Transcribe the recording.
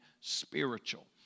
spiritual